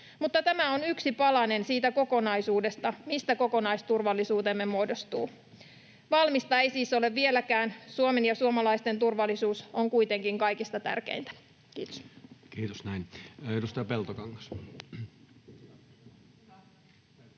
mutta tämä on yksi palanen siitä kokonaisuudesta, mistä kokonaisturvallisuutemme muodostuu. Valmista ei siis ole vieläkään. Suomen ja suomalaisten turvallisuus on kuitenkin kaikista tärkeintä. — Kiitos. [Mari-Leena